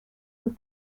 und